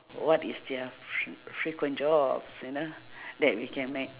what is their fre~ frequent jobs you know that we can ma~